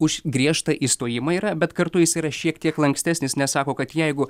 už griežtą išstojimą yra bet kartu jis yra šiek tiek lankstesnis nes sako kad jeigu